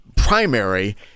primary